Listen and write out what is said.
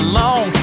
long